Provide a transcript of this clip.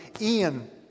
Ian